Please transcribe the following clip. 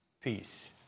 peace